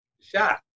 shot